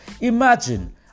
Imagine